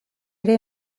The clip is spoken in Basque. ere